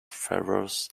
ferrous